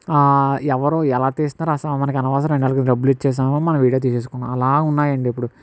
ఎవరు ఎలా తీస్తారు అసలు మనకి అనవసరం అండి డబ్బులు ఇచ్చేశామా మన వీడియో తీసేసుకున్నామా అలా ఉన్నాయండి ఇప్పుడు